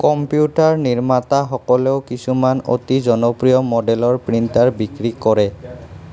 computer নিৰ্মাতাসকলেও কিছুমান অতি জনপ্ৰিয় মডেলৰ প্ৰিন্টাৰ বিক্ৰী কৰে